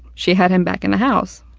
she had him back in the house.